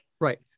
Right